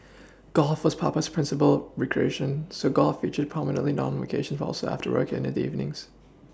golf was Papa's principal recreation so golf featured prominently not only on vacations but also after work in the evenings